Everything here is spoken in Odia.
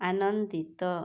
ଆନନ୍ଦିତ